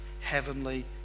heavenly